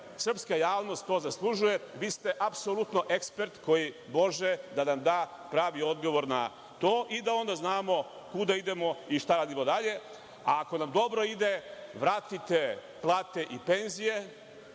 srpska javnost zaslužuje. Vi ste apsolutno ekspert koji može da nam da pravi odgovor na to i da onda znamo kuda idemo i šta radimo dalje, a ako nam dobro ide, vratite plate i penzije,